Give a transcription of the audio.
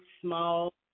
small